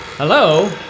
Hello